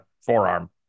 forearm